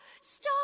stop